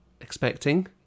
expecting